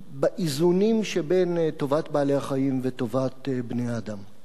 האיזונים שבין טובת בעלי-החיים וטובת בני-האדם.